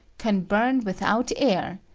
can burn without air,